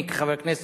אני כחבר הכנסת,